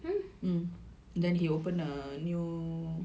hmm